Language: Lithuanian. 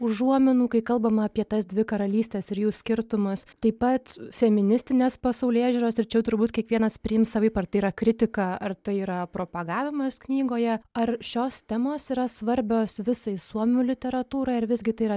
užuominų kai kalbama apie tas dvi karalystes ir jų skirtumus taip pat feministinės pasaulėžiūros ir čia jau turbūt kiekvienas priims savaip ar tai yra kritika ar tai yra propagavimas knygoje ar šios temos yra svarbios visai suomių literatūrai ar visgi tai yra